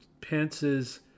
Pence's